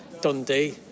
Dundee